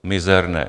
Mizerné.